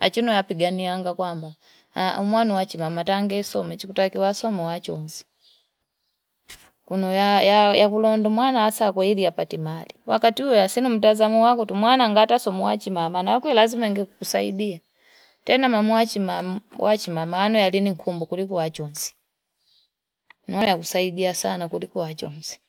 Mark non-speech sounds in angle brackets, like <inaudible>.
Achino yae apiganiyanga kwa mbu. <hesitation> Mwanu wachi mama tangesome. Chikutake wasoma wachonzi. <noise> Kuno ya- yae kulondo. Mwanu asaku ili yapatimali. Wakatuwea, sinumtaza mwaku. Mwanu angataso mwanu wachi mama. Na huko ilazima nge kusaidia. Tena mwanu wachi mama. Ano yae alinikumbu kuliku wachonzi. Mwanu yae kusaidia sana kuliku wachonzi. <noise>